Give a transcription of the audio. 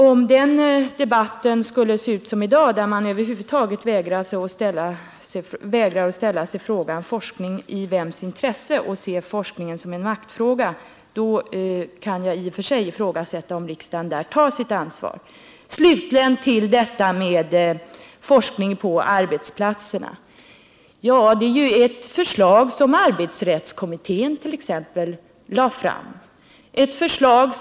Om den debatten skulle föras på samma sätt som dagens debatt, där man har vägrat ställa sig frågan forskning i vems intresse och se forskningen som en maktfaktor, skulle jag i och för sig ifrågasätta om riksdagen då tog sitt ansvar. Slutligen vill jag kommentera forskningen på arbetsplatserna. Förslaget om en lag i vilken forskarnas tillträde till arbetsplatserna skulle garanteras har bl.a. lagts fram av arbetsrättskommitén.